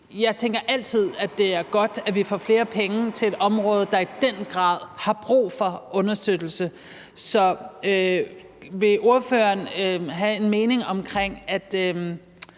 Jeg tænker altid, at det er godt, at vi får flere penge til et område, der i den grad har brug for understøttelse. Så vil ordføreren udtrykke en mening om, at